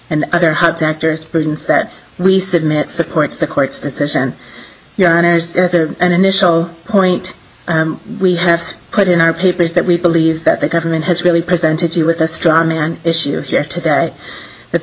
and other hot actors that we submit supports the court's decision and initial point we have put in our papers that we believe that the government has really presented you with a straw man issue here today that the